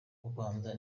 ubanza